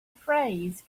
phrase